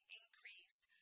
increased